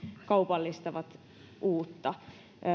kaupallistavat uutta